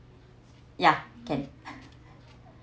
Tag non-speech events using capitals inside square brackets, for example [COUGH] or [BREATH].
ya can [BREATH]